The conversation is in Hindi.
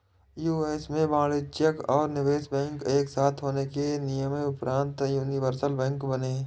यू.एस में वाणिज्यिक और निवेश बैंक एक साथ होने के नियम़ोंपरान्त यूनिवर्सल बैंक बने